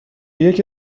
یکی